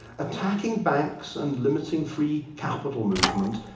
attacking banks and limiting free capital movement.